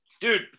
Dude